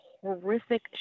horrific